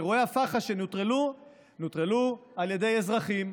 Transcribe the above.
אירועי הפח"ע שנוטרלו, נוטרלו על ידי אזרחים.